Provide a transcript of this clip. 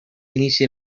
inicia